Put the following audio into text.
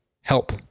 help